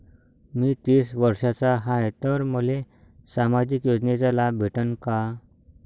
मी तीस वर्षाचा हाय तर मले सामाजिक योजनेचा लाभ भेटन का?